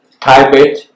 Tibet